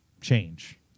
change